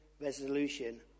resolution